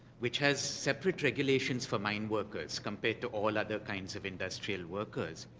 which has separate regulations for mineworkers compared to all other kinds of industrial workers.